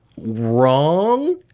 wrong